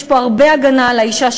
יש פה הרבה הגנה על האישה,